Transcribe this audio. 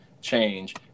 change